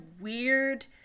weird